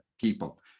people